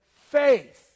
faith